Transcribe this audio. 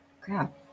Crap